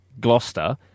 Gloucester